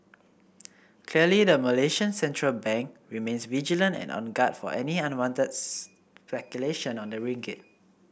clearly the Malaysian central bank remains vigilant and on guard for any unwanted speculation on the ringgit